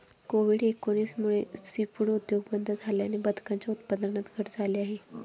Covid एकोणीस मुळे seafood उद्योग बंद झाल्याने बदकांच्या उत्पादनात घट झाली आहे